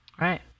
Right